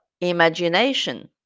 imagination